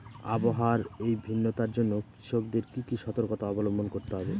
আবহাওয়ার এই ভিন্নতার জন্য কৃষকদের কি কি সর্তকতা অবলম্বন করতে হবে?